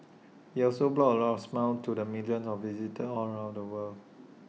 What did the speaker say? he also brought A lots of smiles to the millions of visitors all around the world